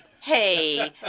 hey